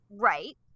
Right